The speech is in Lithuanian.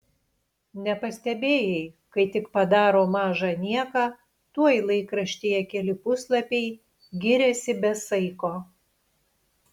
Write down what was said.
nepastebėjai kai tik padaro mažą nieką tuoj laikraštyje keli puslapiai giriasi be saiko